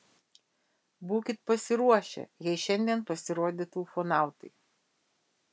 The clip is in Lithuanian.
būkit pasiruošę jei šiandien pasirodytų ufonautai